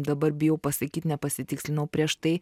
dabar bijau pasakyt nepasitikslinau prieš tai